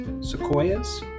Sequoias